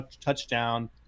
touchdown